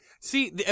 See